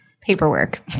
paperwork